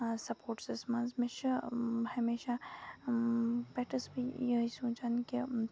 سَپوٹسس منٛز مےٚ چھُ ہمیشہ پٮ۪ٹھٕ ٲسٕس بہٕ یِہٕے سونچان کہِ